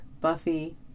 Buffy